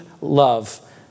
love